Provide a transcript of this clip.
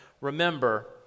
remember